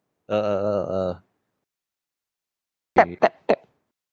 tap tap tap